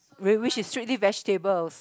whi~ which is strictly vegetables